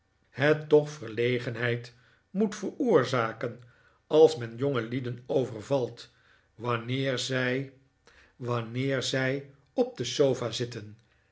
het toch verlegenheid moet veroorzaken als men jongelieden overvalt wanneer zij wanneer zij op de sofa zitten